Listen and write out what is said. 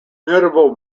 notable